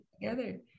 together